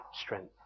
strength